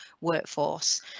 workforce